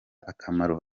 akamaro